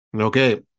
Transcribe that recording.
Okay